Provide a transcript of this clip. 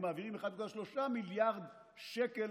הם מעבירים 1.3 מיליארד שקל